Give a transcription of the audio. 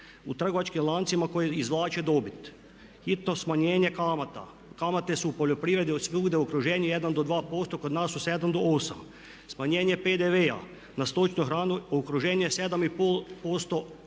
u trgovačkim lancima koji izvlače dobit, hitno smanjenje kamata. Kamate su u poljoprivredi od svih u okruženju 1 do 2%, kod nas su 7 do 8%. Smanjenje PDV-a na stočnu hranu, u okruženju je 7,5% do 8 kod nas